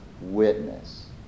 witness